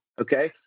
Okay